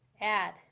Add